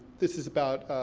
this is about,